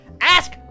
Ask